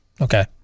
Okay